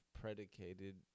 predicated